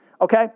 okay